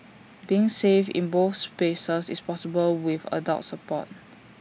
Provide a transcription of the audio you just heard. being safe in both spaces is possible with adult support